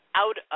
out